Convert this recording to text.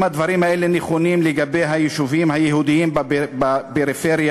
אם הדברים האלה נכונים לגבי היישובים היהודיים בפריפריה,